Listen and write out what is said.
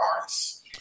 artists